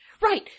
Right